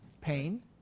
pain